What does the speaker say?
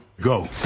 Go